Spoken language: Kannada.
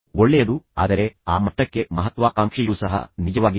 ಒಳ್ಳೆಯದು ಆದರೆ ಆ ಮಟ್ಟಕ್ಕೆ ಮಹತ್ವಾಕಾಂಕ್ಷೆಯೂ ಸಹ ನಿಜವಾಗಿದೆ